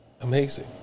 amazing